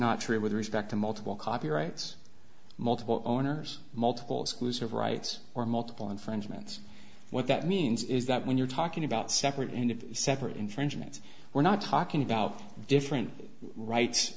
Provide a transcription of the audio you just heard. not true with respect to multiple copyrights multiple owners multiples of rights or multiple infringements what that means is that when you're talking about separate and separate infringements we're not talking about different rights